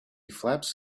flaps